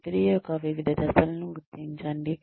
ప్రక్రియ యొక్క వివిధ దశలను గుర్తించండి